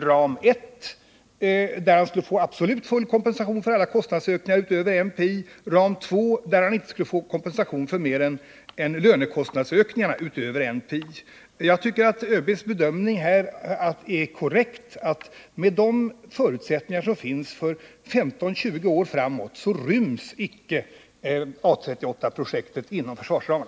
Ram 1 innebär att man skulle få full kompensation för alla kostnadsökningar utöver NPI. Ram 2 innebär att man inte skulle få kompensation för mer än lönekostnadsökningarna utöver NPI. Jag tycker att ÖB:s bedömning är korrekt. Med de förutsättningar som finns för de närmaste 15-20 åren ryms icke A 38-projektet inom försvarsramen.